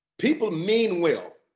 people mean well,